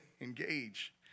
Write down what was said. engage